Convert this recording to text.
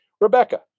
Rebecca